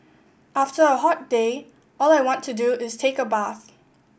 after a hot day all I want to do is take a bath